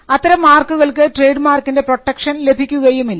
അത്തരം മാർക്കുകൾക്ക് ട്രേഡ് മാർക്കിൻറെ പ്രൊട്ടക്ഷൻ ലഭിക്കുകയുമില്ല